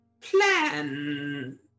plan